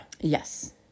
Yes